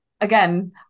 again